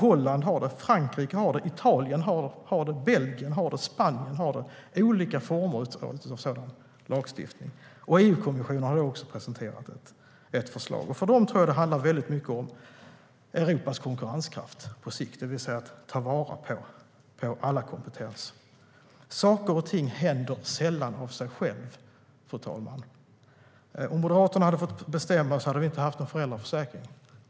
Holland, Frankrike, Italien, Belgien och Spanien har olika former av sådan lagstiftning, och EU-kommissionen har också presenterat ett sådant förslag. För dem tror jag att det väldigt mycket handlar om Europas konkurrenskraft på sikt, det vill säga att ta vara på alla kompetenser. Saker och ting händer sällan av sig själva, fru talman. Om Moderaterna hade fått bestämma hade vi inte haft någon föräldraförsäkring.